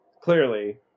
Clearly